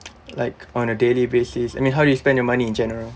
like on a daily basis I mean how do you spend your money in general